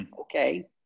Okay